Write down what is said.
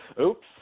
Oops